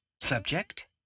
Subject